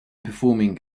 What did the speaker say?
performing